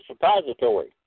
suppository